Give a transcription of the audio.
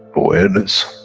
awareness,